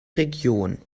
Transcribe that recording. region